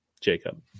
jacob